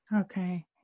Okay